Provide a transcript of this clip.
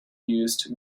used